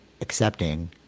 accepting